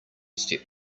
step